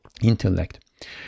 intellect